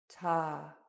ta